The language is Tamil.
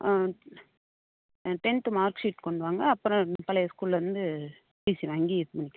ஆ டென்த்து மார்க் ஷீட் கொண்டு வாங்க அப்புறம் பழைய ஸ்கூல்லருந்து டிசி வாங்கி இது பண்ணிக்கலாம்